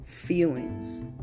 feelings